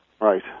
Right